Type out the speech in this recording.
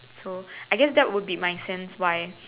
so I guess that would be my sense why